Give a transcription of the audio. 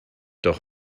doch